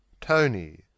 Tony